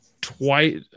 twice